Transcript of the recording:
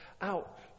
out